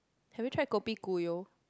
have you tried kopi Gu You